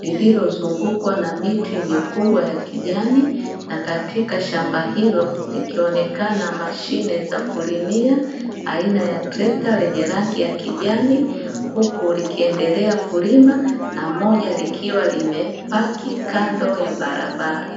lililozungukwa na miti mikubwa ya kijani na katika shamba hilo, likionekana mashine za kulimia aina ya trekta lenye rangi ya kijani huku likiendelea kulima na moja likiwa limepaki kando ya barabara.